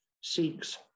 seeks